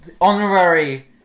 honorary